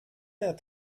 der